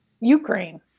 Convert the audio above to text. Ukraine